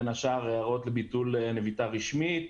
בין השאר הערות לביטול נביטה רשמית,